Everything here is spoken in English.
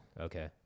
Okay